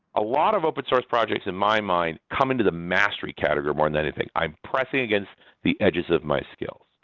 a lot of open-source projects in my mind come into the mastery category more than anything i'm pressing against the edges of my skills.